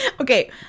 Okay